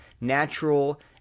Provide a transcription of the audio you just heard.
natural